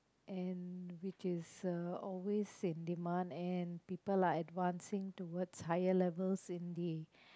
and which is uh always in demand and people are advancing toward higher levels in the